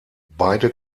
beide